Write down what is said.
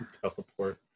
Teleport